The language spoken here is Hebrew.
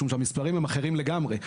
משום שהמספרים הם אחרים לגמרי.